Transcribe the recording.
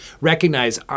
recognize